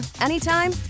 anytime